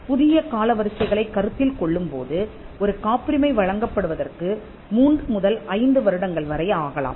புதிய காலவரிசைகளைக் கருத்தில் கொள்ளும் போது ஒரு காப்புரிமை வழங்கப்படுவதற்கு 3 முதல் 5 வருடங்கள் வரை ஆகலாம்